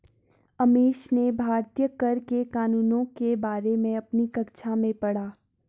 अमीश ने भारतीय कर के कानूनों के बारे में अपनी कक्षा में पढ़ा